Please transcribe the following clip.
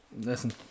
listen